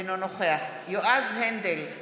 אינו נוכח יועז הנדל,